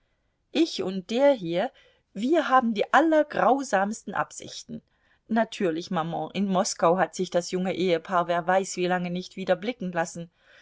ich und der hier wir haben die allergrausamsten absichten natürlich maman in moskau hat sich das junge ehepaar wer weiß wie lange nicht wieder blicken lassen